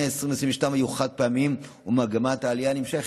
2022 היו חד-פעמיים ומגמת העלייה נמשכת.